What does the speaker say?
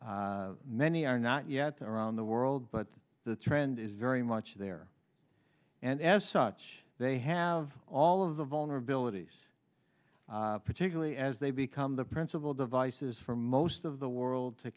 computers many are not yet around the world but the trend is very much there and as such they have all of the vulnerabilities particularly as they become the principal devices for most of the world to